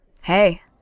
Hey